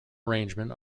arrangement